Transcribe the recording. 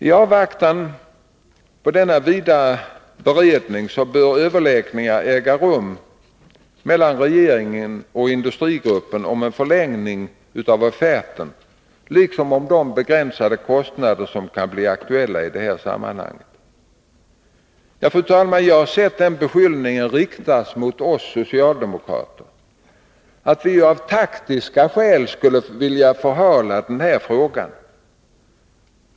I avvaktan på denna vidare beredning bör överläggningar äga rum mellan regeringen och industrigruppen om en förlängning av offerten liksom om de begränsade kostnader som kan bli aktuella i sammanhanget. Fru talman! Jag har sett den beskyllningen riktas mot oss socialdemokrater, att vi av taktiska skäl vill förhala denna fråga.